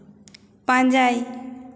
ᱯᱟᱸᱡᱟᱭ